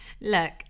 look